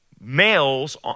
males